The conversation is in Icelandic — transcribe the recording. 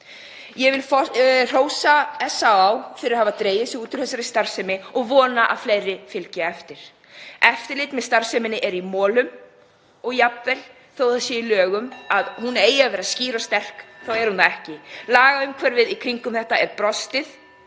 Ég vil hrósa SÁÁ fyrir að hafa dregið sig út úr þessari starfsemi og ég vona að fleiri fylgi á eftir. Eftirlit með starfseminni er í molum og jafnvel þótt það standi í lögum (Forseti hringir.) að hún eigi að vera skýr og sterk þá er hún það ekki. Lagaumhverfið í kringum þetta er brostið.